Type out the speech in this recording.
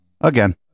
again